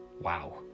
Wow